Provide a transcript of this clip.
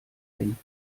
hin